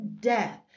death